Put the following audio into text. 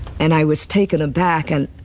and i was taken aback and